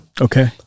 Okay